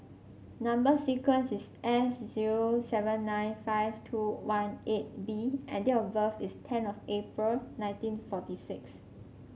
number sequence is S zero seven nine five two one eight B and date of birth is ten of April nineteen forty six